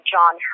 John